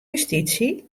justysje